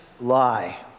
lie